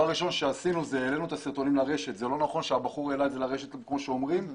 זה לא נכון שהבחור העלה את זה לרשת, כפי שאומרים.